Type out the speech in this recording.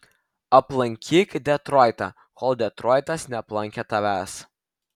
aplankyk detroitą kol detroitas neaplankė tavęs